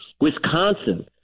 Wisconsin